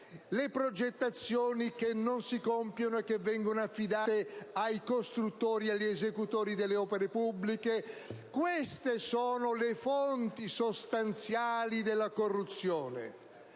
le progettazioni non si compiono e vengono affidate ai costruttori e agli esecutori delle opere pubbliche. Queste sono le fonti sostanziali della corruzione!